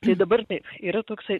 tai dabar taip yra toksai